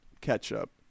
ketchup